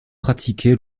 pratiqué